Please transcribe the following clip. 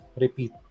repeat